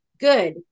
good